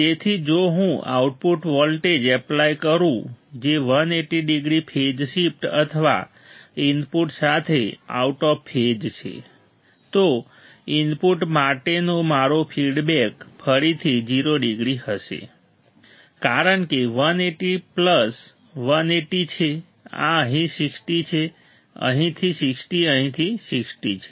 તેથી જો હું આઉટપુટ વોલ્ટેજ એપ્લાય કરું જે 180 ડિગ્રી ફેઝ શિફ્ટ અથવા ઇનપુટ સાથે આઉટ ઓફ ફેઝ છે તો ઇનપુટ માટેનો મારો ફીડબેક ફરીથી 0 ડિગ્રી હશે કારણ કે 180 પ્લસ 180 છે આ અહીંથી 60 છે અહીંથી 60 અહીંથી 60 છે